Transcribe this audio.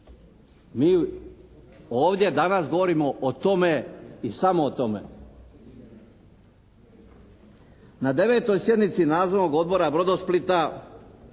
Mi ovdje danas govorimo o tome i samo o tome. Na devetoj sjednici Nadzornog odbora “Brodosplita“